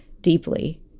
deeply